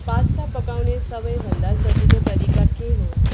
pasta पकाउने सबैभन्दा सजिलो तरिका के हो